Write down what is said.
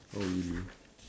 oh really